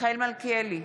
מיכאל מלכיאלי,